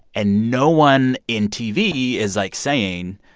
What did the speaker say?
and no one in tv is, like, saying,